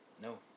No